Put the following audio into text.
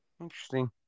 Interesting